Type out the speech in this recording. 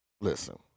Listen